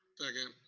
second.